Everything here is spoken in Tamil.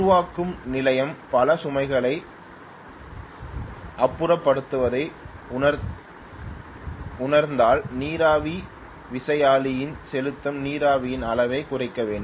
உருவாக்கும் நிலையம் பல சுமைகளை அப்புறப்படுத்துவதை உணர்ந்தால் நீராவி விசையாழியில் செலுத்தும் நீராவியின் அளவைக் குறைக்க வேண்டும்